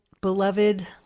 beloved